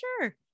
sure